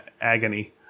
agony